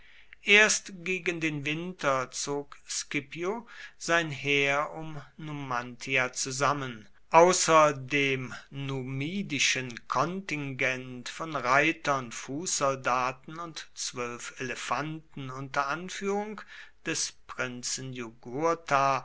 erst gegen den winter zog scipio sein heer um numantia zusammen außer dem numidischen kontingent von reitern fußsoldaten und zwölf elefanten unter anführung des